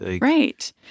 Right